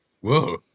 Whoa